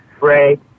Ray